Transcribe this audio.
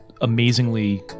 amazingly